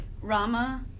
rama